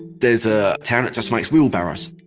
there's a town that just makes wheelbarrows.